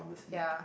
ya